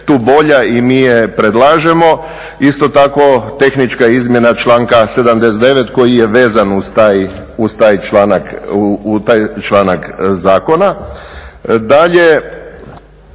tu bolja i mi je predlažemo. Isto tako tehnička izmjena članka 79. koji je vezan uz taj članak zakona. Dalje,